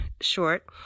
short